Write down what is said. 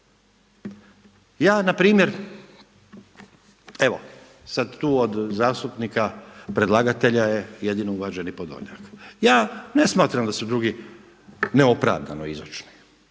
Ja npr., evo sada tu od zastupnika, predlagatelja je jedino uvaženi Podolnjak. Ja ne smatram da su drugi neopravdano izočni,